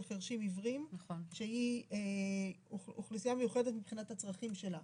חירשים-עיוורים שהיא אוכלוסייה מיוחדת מבחינת הצרכים שלהם.